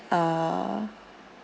uh